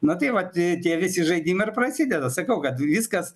na tai vat tie visi žaidimai ir prasideda sakau kad viskas